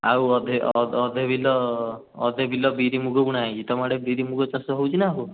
ଆଉ ଅଧେ ଅଧେ ବିଲ ଅଧେ ବିଲ ବିରି ମୁଗ ବୁଣା ହେଇଛି ତୁମ ଆଡ଼େ ବିରି ମୁଗ ଚାଷ ହେଉଛି ନା ହଉ